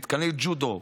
מתקני ג'ודו,